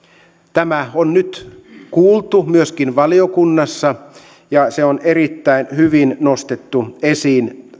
tämä on nyt kuultu myöskin valiokunnassa ja se on erittäin hyvin nostettu esiin